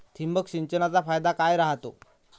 ठिबक सिंचनचा फायदा काय राह्यतो?